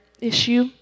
issue